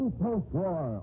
post-war